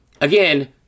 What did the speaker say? again